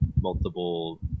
multiple